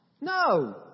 No